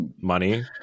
money